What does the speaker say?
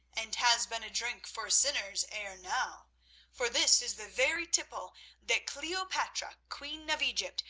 and has been a drink for sinners ere now for this is the very tipple that cleopatra, queen of egypt,